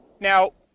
now,